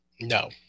No